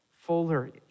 fuller